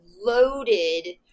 loaded